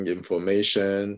information